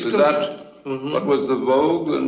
that like was the vogue?